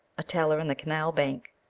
a teller in the canal bank,